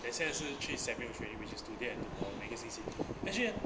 the 现是去 semnial training which is today and tomorrow because E_C_T actually eh